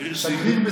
שגריר סיביר.